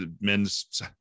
men's